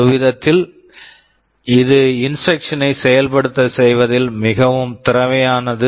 ஒருவிதத்தில் இது instruction instructions ஐ செயல்படுத்த செய்வதில் மிகவும் திறமையானது